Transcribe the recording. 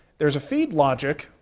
there's a feed logic,